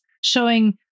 showing